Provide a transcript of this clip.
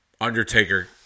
Undertaker